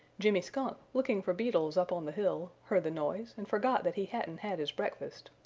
jimmy skunk, looking for beetles up on the hill, heard the noise and forgot that he hadn't had his breakfast.